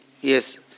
Yes